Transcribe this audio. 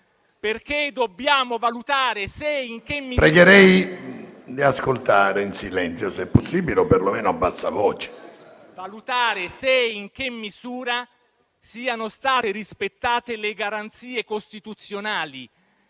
infatti valutare se e in che misura siano state rispettate le garanzie costituzionali,